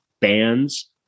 Bands